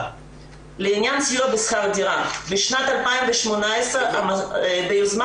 בחשיבה שלנו וביוזמה